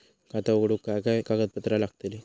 खाता उघडूक काय काय कागदपत्रा लागतली?